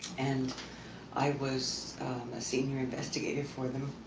and i was a senior investigator for them,